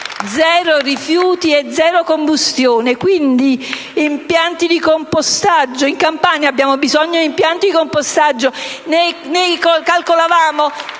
zero rifiuti e zero combustione e, quindi, impianti di compostaggio. In Campania abbiamo bisogno di impianti di compostaggio. *(Applausi